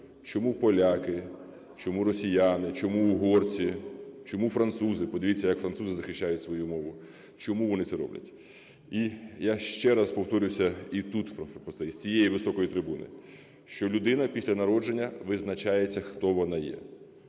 Чому поляки, чому росіяни, чому угорці, чому французи, - подивіться, як французи захищають свою мову, - чому вони це роблять? І я ще раз повторюся, і тут, з цієї високої трибуни, що людина після народження визначається, хто вона є